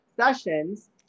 sessions